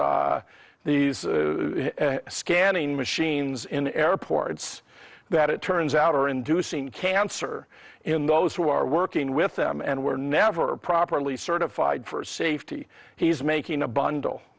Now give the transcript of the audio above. these scanning machines in airports that it turns out are inducing cancer in those who are working with them and were never properly certified for safety he's making a bundle